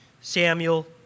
Samuel